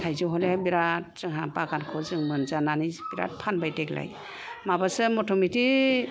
थाइजौ हयले बिराथ जोंहा बागानखौ मोनजानानै बिराथ फानबाय जोंहा देग्लाय माबासो मथा मथि